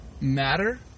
matter